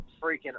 freaking